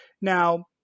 Now